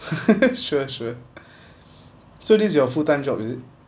sure sure so this is your full time job is it